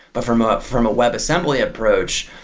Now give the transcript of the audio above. but from ah from a web assembly approach,